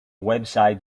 website